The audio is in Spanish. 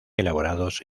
elaborados